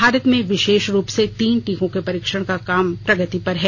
भारत में विशेष रूप से तीन टीकों के परीक्षण का काम प्रगति पर है